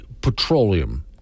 petroleum